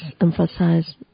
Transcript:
emphasize